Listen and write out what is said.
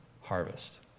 Harvest